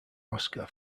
oscar